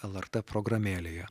lrt programėlėje